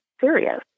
serious